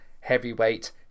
Heavyweight